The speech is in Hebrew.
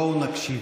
בואו נקשיב.